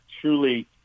truly